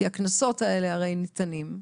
כי הקנסות האלה הרי ניתנים,